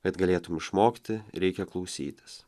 kad galėtum išmokti reikia klausytis